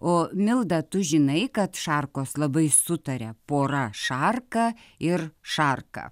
o milda tu žinai kad šarkos labai sutaria pora šarka ir šarka